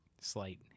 slight